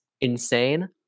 insane